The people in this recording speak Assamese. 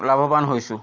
লাভবান হৈছোঁ